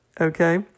Okay